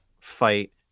fight